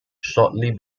shortly